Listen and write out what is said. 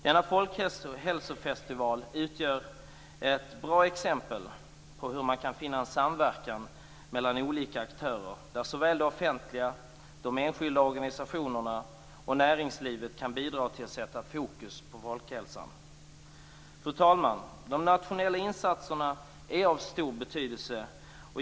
Denna folkhälsofestival utgör ett bra exempel på hur man kan finna samverkan mellan olika aktörer där såväl det offentliga som de enskilda organisationerna och näringslivet kan bidra till att sätta fokus på folkhälsan. Fru talman! De nationella insatserna är av stor betydelse.